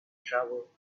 trouble